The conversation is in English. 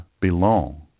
belong